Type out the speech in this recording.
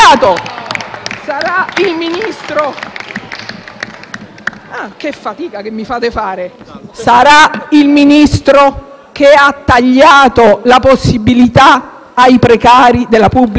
Che fatica che mi fate fare! Sarà il Ministro che ha tagliato la possibilità ai precari della pubblica amministrazione di essere